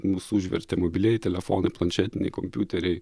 mus užvertė mobilieji telefonai planšetiniai kompiuteriai